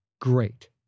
great